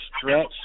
stretch